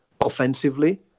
offensively